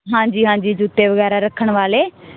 ਹਾਂਜੀ ਹਾਂਜੀ ਜੁੱਤੇ ਵਗੈਰਾ ਰੱਖਣ ਵਾਲ਼ੇ